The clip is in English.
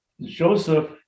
Joseph